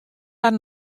har